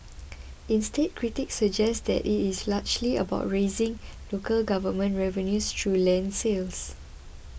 instead critics suggest that it is largely about raising local government revenues through land sales